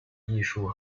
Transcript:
艺术